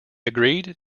agreed